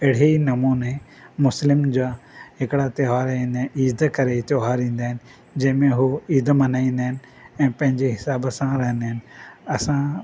अहिड़े नमूने मुस्लिम जा हिकिड़ा त्योहार ईंदा आहिनि ईद करे त्योहारु ईंदा आहिनि जंहिंमेंं उहे ईद मल्हाईंदा आहिनि ऐं पैंजे हिसाब सां रहंदा आहिनि असां